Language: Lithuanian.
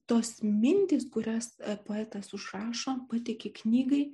tos mintys kurias poetas užrašo patiki knygai